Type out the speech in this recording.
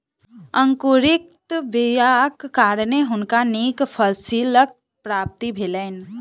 अंकुरित बीयाक कारणें हुनका नीक फसीलक प्राप्ति भेलैन